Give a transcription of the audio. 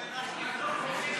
שטעו.